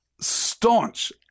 staunch